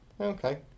Okay